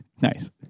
nice